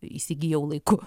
įsigijau laiku